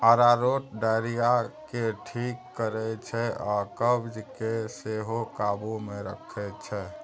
अरारोट diarrhoea केँ ठीक करै छै आ कब्ज केँ सेहो काबु मे रखै छै